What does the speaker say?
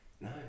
No